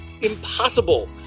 impossible